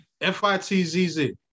F-I-T-Z-Z